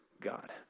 God